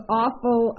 awful